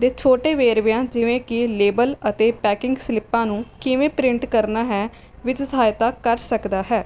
ਦੇ ਛੋਟੇ ਵੇਰਵਿਆਂ ਜਿਵੇਂ ਕਿ ਲੇਬਲ ਅਤੇ ਪੈਕਿੰਗ ਸਲਿੱਪਾਂ ਨੂੰ ਕਿਵੇਂ ਪ੍ਰਿੰਟ ਕਰਨਾ ਹੈ ਵਿੱਚ ਸਹਾਇਤਾ ਕਰ ਸਕਦਾ ਹੈ